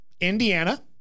Indiana